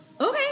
Okay